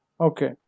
Okay